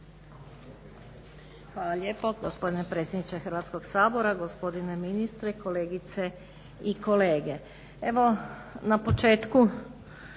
Hvala lijepo. Gospodine predsjedniče Hrvatskog sabora, gospodine ministre, kolegice i kolege. Evo na početku